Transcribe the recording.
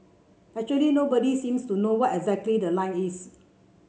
actually nobody seems to know what exactly the line is